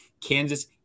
Kansas